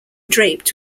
draped